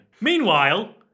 Meanwhile